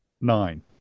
nine